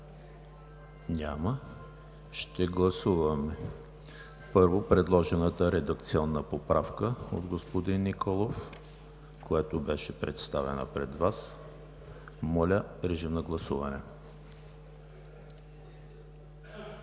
Няма. Ще гласуваме, първо, предложената редакционна поправка от господин Николов, която беше представена пред Вас. Гласували